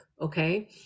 okay